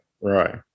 Right